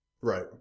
Right